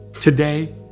Today